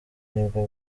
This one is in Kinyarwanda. nibwo